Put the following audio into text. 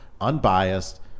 unbiased